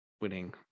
winning